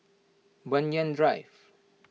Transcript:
Banyan Drive